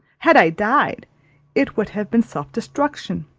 had i died it would have been self-destruction.